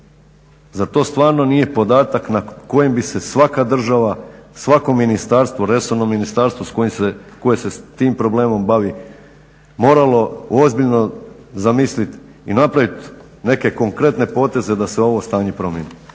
Zar to stvarno nije podatak nad kojim bi se svaka država, svaka ministarstvo, resorno ministarstvo koje se s tim problemom bavi, moralo ozbiljno zamislit i napravit neke konkretne poteze da se ovo stanje promijeni.